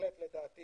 בהחלט לדעתי